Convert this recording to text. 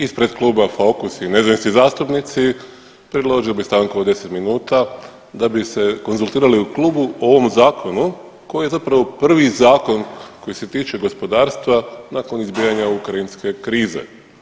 Ispred Kluba Fokus i nezavisni zastupnici predložio bi stanku od 10 minuta da bi se konzultirali u klubu o ovom zakonu koji je zapravo prvi zakon koji se tiče gospodarstva nakon izbijanja ukrajinske krize.